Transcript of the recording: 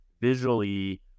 visually